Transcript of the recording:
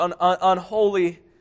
unholy